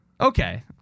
Okay